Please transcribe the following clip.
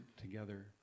together